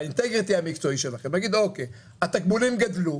ביושר המקצועי שלכם להגיד: התגמולים גדלו,